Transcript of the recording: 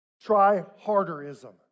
try-harderism